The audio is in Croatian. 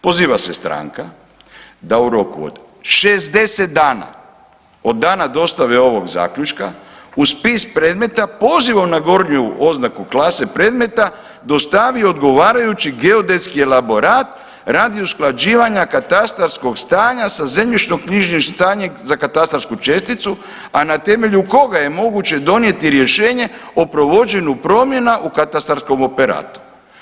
Poziva se stranka da u roku od 60 dana od dana dostave ovog zaključka uz spis predmeta pozivom na gornju oznaku klase predmeta dostavi odgovarajući geodetski elaborat radi usklađivanja katastarskog stanja sa zemljišnoknjižnim stanjem za katastarsku česticu, a na temelju koga je moguće donijeti rješenje o provođenju promjena u katastarskom operatu.